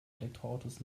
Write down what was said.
elektroautos